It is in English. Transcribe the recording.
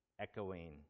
echoing